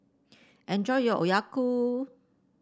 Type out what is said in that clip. enjoy your Oyaku